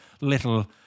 little